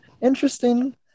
interesting